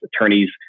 attorneys